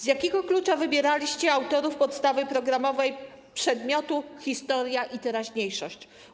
Z jakiego klucza wybieraliście autorów podstawy programowej przedmiotu historia i teraźniejszość?